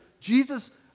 jesus